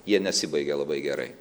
jie nesibaigė labai gerai